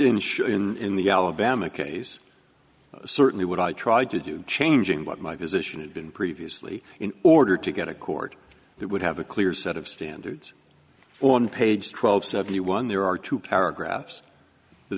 show in the alabama case certainly what i tried to do changing what my position had been previously in order to get a court that would have a clear set of standards on page twelve seventy one there are two paragraphs that